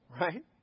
right